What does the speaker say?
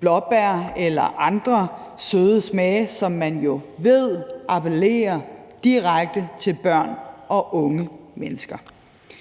blåbær eller andre søde ting, som man jo ved appellerer direkte til børn og unge mennesker.